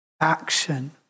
action